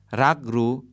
ragru